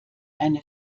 eine